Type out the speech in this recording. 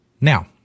Now